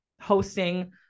hosting